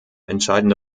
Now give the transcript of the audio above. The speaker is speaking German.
entscheidende